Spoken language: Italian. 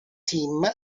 team